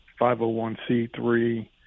501c3